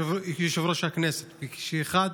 כיושב-ראש הכנסת וכאחד